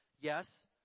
Yes